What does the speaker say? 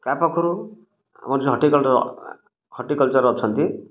ତା ପାଖରୁ ଆମର ଯେଉଁ ହଟିକଲଚର୍ ଅଛନ୍ତି